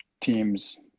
team's